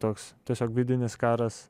toks tiesiog vidinis karas